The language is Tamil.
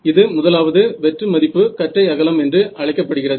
இது முதலாவது வெற்று மதிப்பு கற்றை அகலம் என்று அளிக்கப்படுகிறது